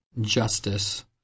justice